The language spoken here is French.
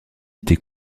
été